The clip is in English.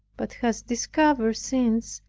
but has discovered since,